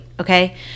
okay